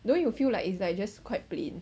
don't you feel like it's like just quite plain